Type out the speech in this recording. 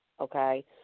Okay